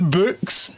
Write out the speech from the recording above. books